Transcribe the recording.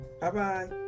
Bye-bye